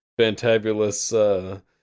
fantabulous